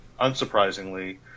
unsurprisingly